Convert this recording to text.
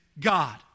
God